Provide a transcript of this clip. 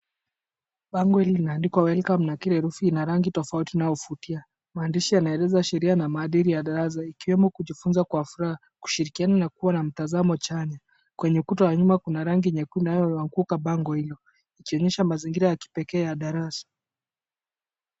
Bango hili limeandikwa welcome na kila herufi ina rangi tofauti inayovutia. Maandishi yanaeleza sheria na maadili ya darasa ikiwemo kujifunza kwa furaha, kushirikiana na kuwa na mtazamo chanya. Kwenye ukuta wa nyuma kuna rangi nyekundu inayowapuka bango hilo ikionyesha mazingira ya kipekee ya darasa.